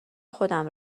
خودم